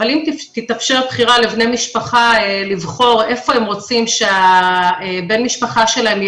אבל אם תתאפשר בחירה לבני משפחה לבחור איפה הם רוצים שבן המשפחה שלהם,